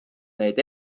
neid